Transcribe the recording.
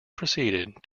proceeded